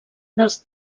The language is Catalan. dels